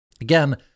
Again